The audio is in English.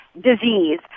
disease